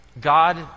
God